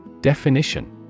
Definition